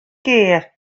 kear